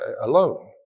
alone